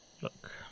look